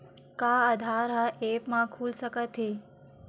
का आधार ह ऐप म खुल सकत हे?